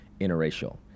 interracial